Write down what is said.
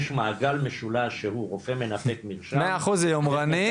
יש מעגל משולש שהוא רופא מנפק מרשם 100 אחוז זה יומרני,